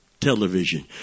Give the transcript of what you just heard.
television